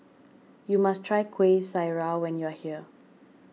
you must try Kueh Syara when you are here